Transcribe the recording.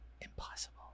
impossible